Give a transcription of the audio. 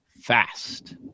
fast